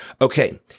Okay